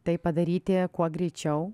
tai padaryti kuo greičiau